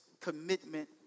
commitment